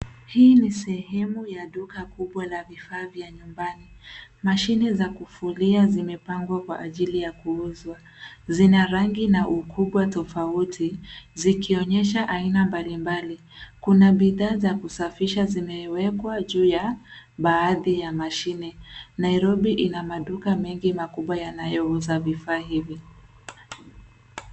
Hii ni sehemu ya duka kubwa la vifaa vya nyumbani. Mashine za kufulia zimepangwa kwa ajili ya kuuzwa. Zina rangi na ukubwa tofauti zikionyesha aina mbalimbali. Kuna bidhaa za kusafisha zimewekwa juu ya baadhi ya mashine. Nairobi ina maduka mengi makubwa yanayouza vifaa hivi.